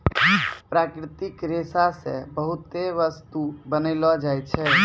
प्राकृतिक रेशा से बहुते बस्तु बनैलो जाय छै